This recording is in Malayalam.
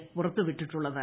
ഫ് പുറത്തുവിട്ടിട്ടുള്ളത്